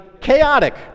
chaotic